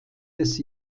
des